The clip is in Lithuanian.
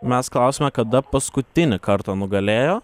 mes klausiame kada paskutinį kartą nugalėjo